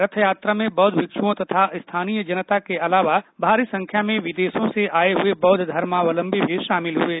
रथयात्रा में बौद्धभिक्षुओं तथा स्थानीय जनता के अलावा भारी संख्या में विदेशों से आये हुये बौद्ध धर्मावलम्बी भी शामिल हुये